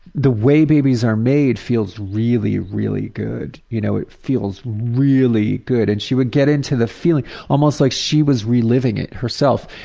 the way babies are made feels really, really good. you know it feels really good. and she would get into the feeling almost like she was reliving it herself.